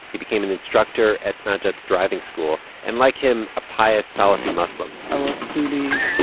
he became an instructor at najat's driving school and, like him, a pious salafi muslim i was really,